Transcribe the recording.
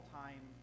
time